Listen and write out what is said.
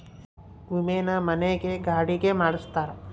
ವಿಮೆನ ಮನೆ ಗೆ ಗಾಡಿ ಗೆ ಮಾಡ್ಸ್ತಾರ